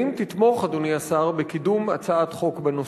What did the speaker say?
האם תתמוך, אדוני השר, בקידום הצעת חוק בנושא?